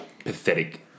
pathetic